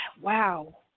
wow